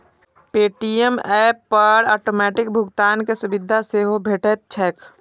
Paytm app पर automatic भुगतान के सुविधा सेहो भेटैत छैक